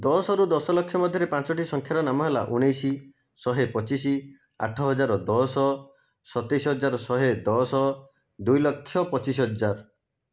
ଦଶରୁ ଦଶ ଲକ୍ଷ ମଧ୍ୟରେ ପାଞ୍ଚଟି ସଂଖ୍ୟାର ନାମ ହେଲା ଉଣେଇଶ ଶହେ ପଚିଶ ଆଠ ହଜାର ଦଶ ସତେଇଶ ହଜାର ଶହେ ଦଶ ଦୁଇ ଲକ୍ଷ ପଚିଶ ହଜାର